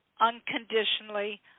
unconditionally